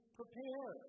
prepare